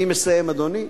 אני מסיים, אדוני.